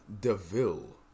Deville